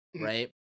right